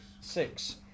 Six